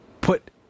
put